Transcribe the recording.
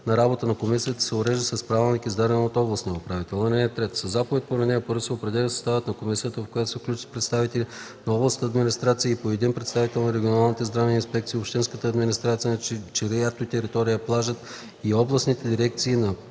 на работа на комисията се уреждат с правилник, издаден от областния управител.